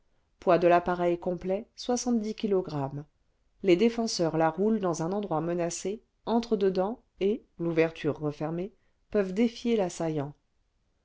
poids de l'appareil complet kilog les défenseurs la roulent dans un endroit menacé entrent dedans et l'ouverture refermée peuvent défier l'assaillant